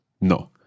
No